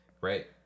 Right